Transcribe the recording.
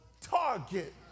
target